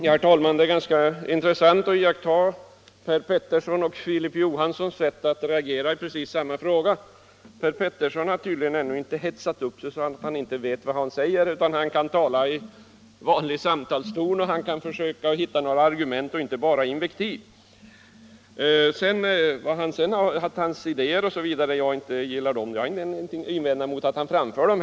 Fru talman! Det är intressant att iaktta hur Per Petersson i Gäddvik och Filip Johansson i Holmgården reagerar i precis samma situation. Herr Petersson har tydligen ännu inte hetsat upp sig så att han inte vet vad han säger, han kan tala i vanlig samtalston och försöka hitta argument i stället för invektiv. Sedan är det en annan sak att jag inte gillar hans idéer — jag har ingenting att invända mot att han framför dem.